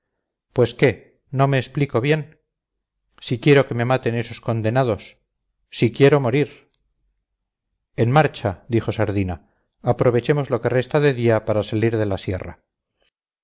pues qué no me explico bien si quiero que me maten esos condenados si quiero morir en marcha dijo sardina aprovechemos lo que resta de día para salir de la sierra